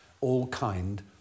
all-kind